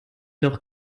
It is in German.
doch